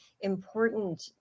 important